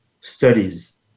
studies